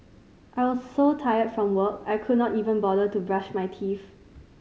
I was so tired from work I could not even bother to brush my teeth